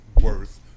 worth